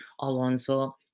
Alonso